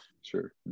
Sure